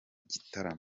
gitaramo